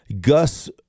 gus